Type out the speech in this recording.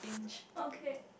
okay